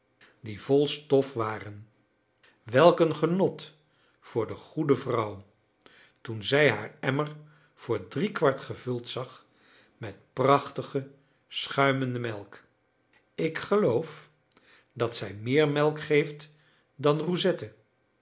die vol stof waren welk een genot voor de goede vrouw toen zij haar emmer voor driekwart gevuld zag met prachtige schuimende melk ik geloof dat zij meer melk geeft dan roussette